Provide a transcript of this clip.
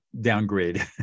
downgrade